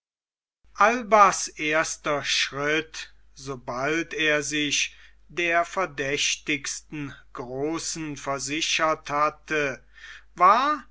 albas erster schritt sobald er sich der verdächtigsten großen versichert hatte war